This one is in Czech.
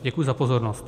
Děkuji za pozornost.